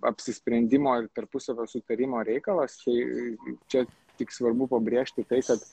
apsisprendimo ir tarpusavio sutarimo reikalas tai čia tik svarbu pabrėžti tai kad